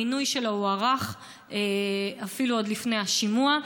המינוי שלו הוארך אפילו עוד לפני השימוע.